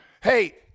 hey